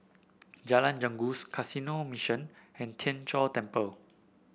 Jalan Janggus Canossian Mission and Tien Chor Temple